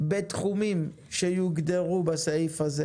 בתחומי פעילות שיוגדרו בסעיף הזה.